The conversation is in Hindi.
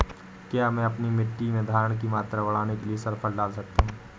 क्या मैं अपनी मिट्टी में धारण की मात्रा बढ़ाने के लिए सल्फर डाल सकता हूँ?